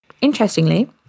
Interestingly